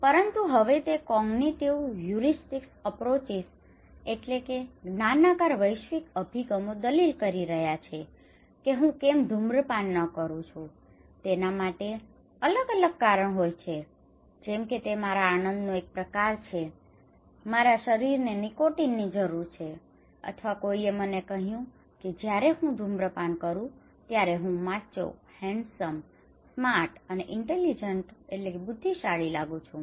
પરંતુ હવે તે cognitive heuristic approaches cognitive heuristic approaches જ્ઞાનાકાર વૈશ્વિક અભિગમો દલીલ કરી રહ્યા છે કે હું કેમ ધૂમ્રપાન કરું છું તેના માટે અલગ અલગ કારણ હોય છે જેમ કે તે મારા આનંદનો એક પ્રકાર છે મારા શરીરને નિકોટિનની જરૂર છે અથવા કોઈએ મને કહ્યું કે જ્યારે હું ધૂમ્રપાન કરું છું ત્યારે હું માચો હેન્ડસમ handsome નમણું સ્માર્ટ smart ચાલાક અને ઇન્ટેલિજેન્ટ intelligent બુદ્ધિશાળી લાગું છું